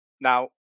Now